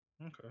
Okay